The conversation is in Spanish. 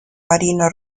marino